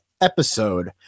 episode